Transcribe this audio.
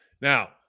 Now